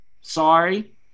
sorry